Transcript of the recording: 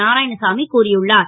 நாராயணசாமி கூறியுள்ளார்